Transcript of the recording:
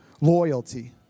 loyalty